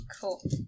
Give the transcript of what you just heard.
Cool